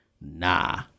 nah